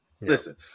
Listen